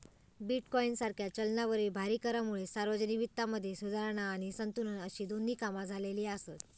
bitcoin सारख्या चलनावरील भारी करांमुळे सार्वजनिक वित्तामध्ये सुधारणा आणि संतुलन अशी दोन्ही कामा झालेली आसत